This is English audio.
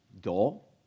dull